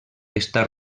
està